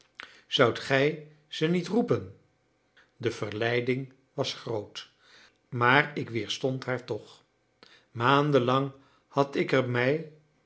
zoudt gij ze niet roepen de verleiding was groot maar ik weerstond haar toch maanden lang had ik er mij